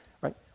right